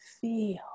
Feel